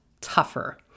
tougher